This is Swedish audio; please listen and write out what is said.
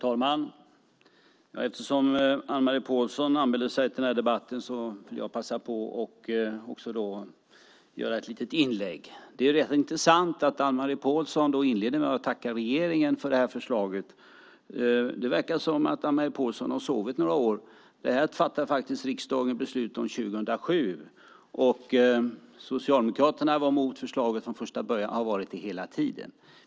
Herr talman! Eftersom Anne-Marie Pålsson anmälde sig till den här debatten vill jag också passa på att göra ett litet inlägg. Det är rätt intressant att Anne-Marie Pålsson inleder med att tacka regeringen för det här förslaget. Det verkar som att Anne-Marie Pålsson har sovit några år. Det här fattade faktiskt riksdagen beslut om 2007. Och Socialdemokraterna var emot förslaget från första början och har varit det hela tiden.